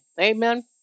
Amen